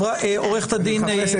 עוה"ד יששכר.